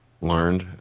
learned